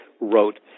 wrote